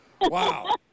Wow